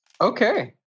Okay